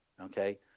Okay